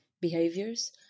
behaviors